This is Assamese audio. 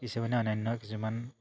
কিছুমানে অন্যান্য কিছুমান